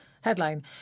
headline